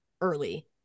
early